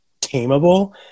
tameable